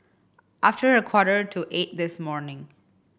after a quarter to eight this morning